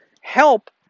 help